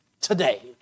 today